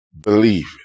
believe